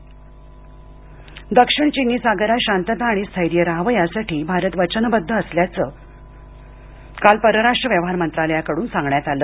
भारत चीन दक्षिण चिनी सागरात शांतता आणि स्थैर्य रहावं यासाठी भारत वचनबद्ध असल्याचं काल परराष्ट्र व्यवहार मंत्रालयाकडून सांगण्यात आलं